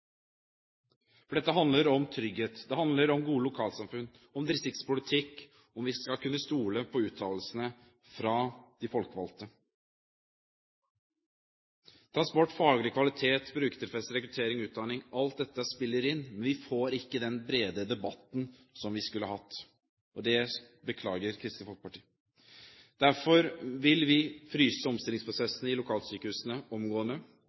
sykehusplan. Dette handler om trygghet og gode lokalsamfunn, om distriktspolitikk, og om at vi skal kunne stole på uttalelsene fra de folkevalgte. Transport, faglig kvalitet, brukertilfredshet, rekruttering og utdanning spiller inn. Vi får ikke den brede debatten som vi skulle hatt. Det beklager Kristelig Folkeparti. Derfor vil vi fryse omstillingsprosessen i lokalsykehusene omgående.